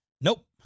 Nope